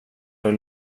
det